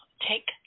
Take